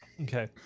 Okay